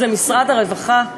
אז למשרד הרווחה?